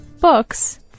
Books